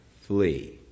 flee